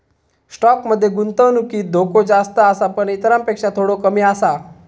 stock मध्ये गुंतवणुकीत धोको जास्त आसा पण इतरांपेक्षा थोडो कमी आसा